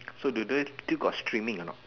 so do they still got streaming a not